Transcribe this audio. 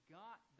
got